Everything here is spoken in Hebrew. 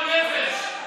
גועל נפש,